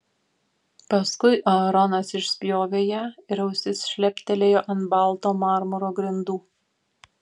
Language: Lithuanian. paskui aaronas išspjovė ją ir ausis šleptelėjo ant balto marmuro grindų